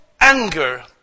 anger